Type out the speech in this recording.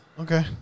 Okay